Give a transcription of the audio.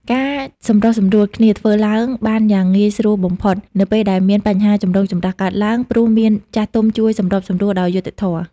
ការសម្រុះសម្រួលគ្នាធ្វើឡើងបានយ៉ាងងាយស្រួលបំផុត នៅពេលដែលមានបញ្ហាចម្រូងចម្រាសកើតឡើង ព្រោះមានចាស់ទុំជួយសម្របសម្រួលដោយយុត្តិធម៌។